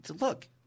Look